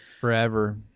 Forever